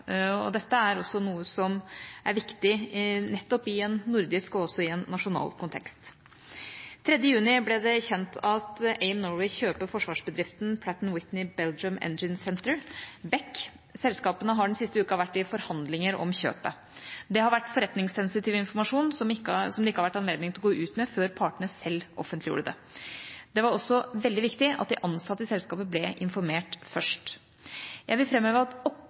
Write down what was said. og dette er også noe som er viktig nettopp i en nordisk og også i en nasjonal kontekst. Den 3. juni ble det kjent at AIM Norway kjøper forsvarsbedriften Pratt & Whitney Belgium Engine Center, BEC. Selskapene har i den siste uka vært i forhandlinger om kjøpet. Det har vært forretningssensitiv informasjon, som det ikke har vært anledning til å gå ut med før partene selv offentliggjorde det. Det var også veldig viktig at de ansatte i selskapet ble informert først. Jeg vil framheve at